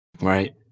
right